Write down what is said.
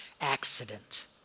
accident